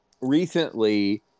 recently